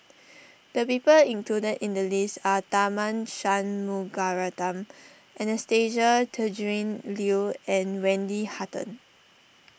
the people included in the list are Tharman Shanmugaratnam Anastasia Tjendri Liew and Wendy Hutton